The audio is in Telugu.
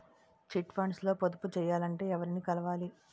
చిట్ ఫండ్స్ లో పొదుపు చేయాలంటే ఎవరిని కలవాలి?